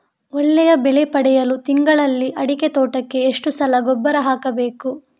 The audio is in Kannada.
ಒಳ್ಳೆಯ ಬೆಲೆ ಪಡೆಯಲು ತಿಂಗಳಲ್ಲಿ ಅಡಿಕೆ ತೋಟಕ್ಕೆ ಎಷ್ಟು ಸಲ ಗೊಬ್ಬರ ಹಾಕಬೇಕು?